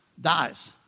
dies